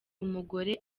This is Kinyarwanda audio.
umugore